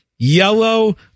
yellow